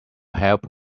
help